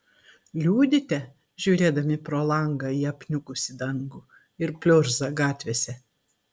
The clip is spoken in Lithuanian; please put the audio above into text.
liūdite žiūrėdami pro langą į apniukusį dangų ir pliurzą gatvėse